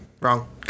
Wrong